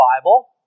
Bible